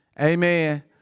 Amen